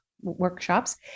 workshops